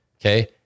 Okay